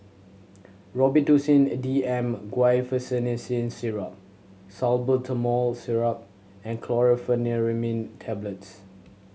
Robitussin D M Guaiphenesin Syrup Salbutamol Syrup and Chlorpheniramine Tablets